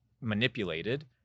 manipulated